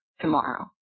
tomorrow